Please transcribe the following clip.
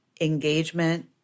Engagement